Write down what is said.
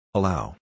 Allow